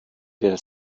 der